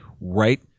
right